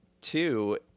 two